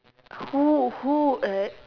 who who uh